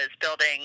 building